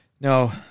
No